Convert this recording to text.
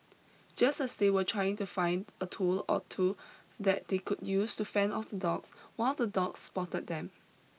just stay they were trying to find a tool or two that they could use to fend off the dogs one of the dogs spotted them